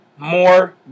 More